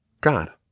God